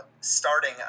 starting